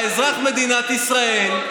אתה אזרח מדינת ישראל,